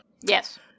Yes